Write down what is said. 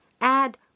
add